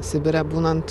sibire būnant